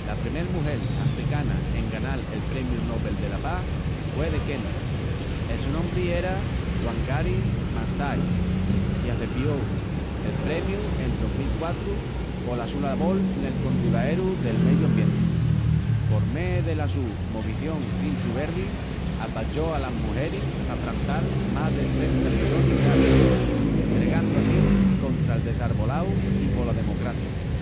La primel mugel africana en ganal el Premiu Nobel dela Pas hue de Kenia. El su nombri era Wangari Maathai i acebió el premiu en 2004 pola su labol nel conduraeru del meyu ambienti. Por mé dela su Movición Cinchu Verdi, aballó alas mugeris pa prantal más de 30 millonis d'arvus, bregandu assín contra'l desarvolau i pola democracia.